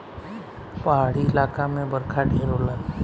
पहाड़ी इलाका मे बरखा ढेर होला